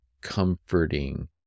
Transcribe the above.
comforting